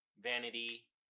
Vanity